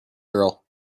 girl